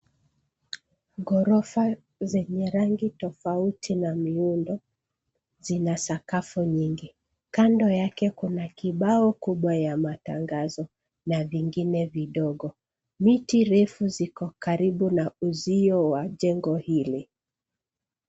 Ngorofa zenye rangi tofauti na miundo, zinasakafu nyingi. Kando yake kuna kibao kubwa ya matangazo na vingine vindogo. Miti refu ziko karibu na uzio wa njego hili.